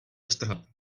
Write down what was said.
roztrhat